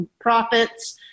profits